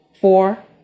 Four